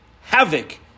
havoc